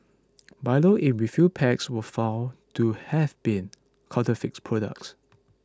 Milo in refill packs were found to have been counterfeit products